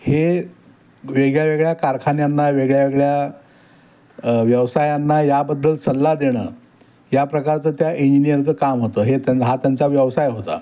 हे वेगळ्या वेगळ्या कारखान्यांना वेगळ्या वेगळ्या व्यवसायांना याबद्दल सल्ला देणं या प्रकारचं त्या इंजिनिअरचं काम होतं हे त्यां हा त्यांचा व्यवसाय होता